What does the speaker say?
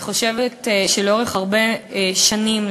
אני חושבת שלאורך הרבה שנים,